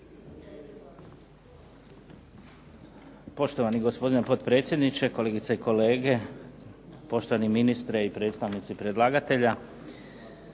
Poštovani gospodine potpredsjedniče, kolegice i kolege, poštovani ministre i predstavnici predlagatelja.